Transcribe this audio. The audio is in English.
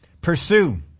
Pursue